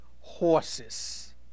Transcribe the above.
horses